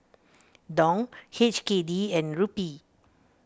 Dong H K D and Rupee